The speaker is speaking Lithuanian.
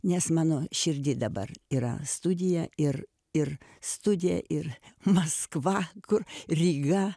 nes mano širdy dabar yra studija ir ir studija ir maskva kur ryga